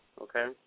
okay